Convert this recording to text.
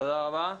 תודה רבה.